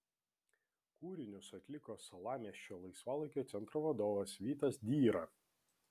kūrinius atliko salamiesčio laisvalaikio centro vadovas vitas dyra